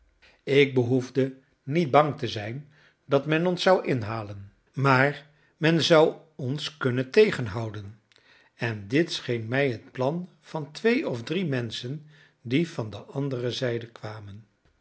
ik behoefde niet bang te zijn dat men ons zou inhalen maar men zou ons kunnen tegenhouden en dit scheen mij het plan van twee of drie menschen die van de andere zijde kwamen